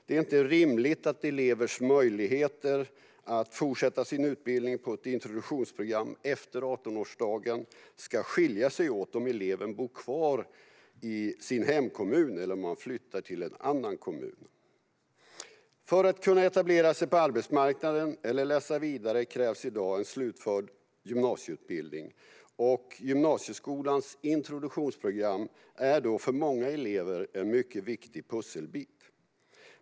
Det är inte rimligt att elevers möjligheter att fortsätta sin utbildning på ett introduktionsprogram efter 18-årsdagen ska skilja sig åt om de bor kvar i sin hemkommun eller om de flyttar till en annan kommun. För att kunna etablera sig på arbetsmarknaden eller läsa vidare krävs i dag en slutförd gymnasieutbildning, och gymnasieskolans introduktionsprogram är då för många elever en mycket viktig pusselbit.